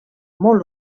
molt